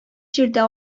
җирдә